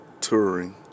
touring